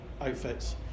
outfits